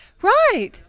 Right